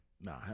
Nah